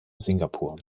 singapur